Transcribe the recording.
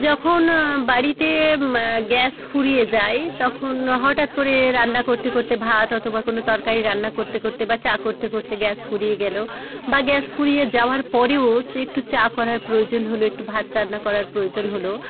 যখন বাড়িতে গ্যাস ফুরিয়ে যায় তখন হঠাৎ করে রান্না করতে করতে ভাত অথবা কোন তরকারি রান্না করতে করতে করতে বা চা করতে করতে গ্যাস ফুরিয়ে গেলেও বা গ্যাস ফুরিয়ে যাওয়ার পরেও চ একটু চা করার প্রয়োজন হল একটু ভাত রান্না করার প্রয়োজন হল